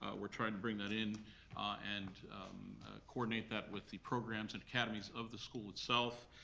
we're trying to bring that in and coordinate that with the programs and academies of the school itself,